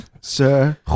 Sir